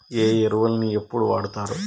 ఏ ఎరువులని ఎప్పుడు వాడుతారు?